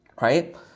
right